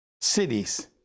cities